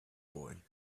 boy